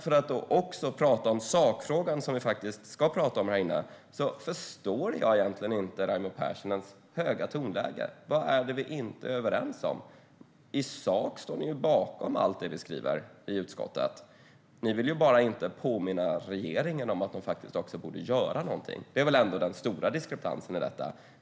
För att också tala om sakfrågan, som vi faktiskt ska tala om här inne, förstår jag inte Raimo Pärssinens höga tonläge. Vad är det vi inte är överens om? I sak står ni ju bakom allt vi skriver i utskottet. Ni vill bara inte påminna regeringen om att den faktiskt också borde göra någonting. Det är den stora diskrepansen i detta.